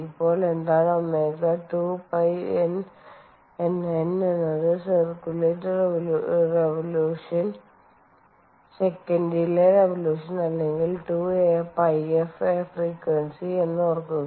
ഇപ്പോൾ എന്താണ് ω 2 π N N എന്നത് സെക്കറ്റിലേ റെവോല്യൂഷൻ അല്ലെങ്കിൽ 2 π f ഫ്രക്വൻസി എന്ന് ഓർക്കുക